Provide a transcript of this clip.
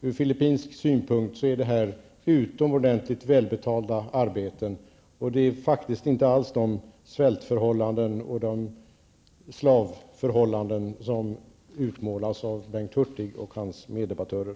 Ur filippinsk synpunkt är det här utomordentligt välbetalda arbeten, och där råder inte alls de svältförhållanden och slavförhållanden som utmålas av Bengt Hurtig och hans meddebattörer.